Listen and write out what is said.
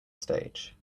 stage